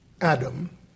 Adam